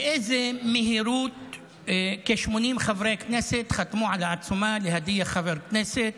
באיזה מהירות כ-80 חברי כנסת חתמו על העצומה להדיח חבר כנסת,